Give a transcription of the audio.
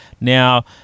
Now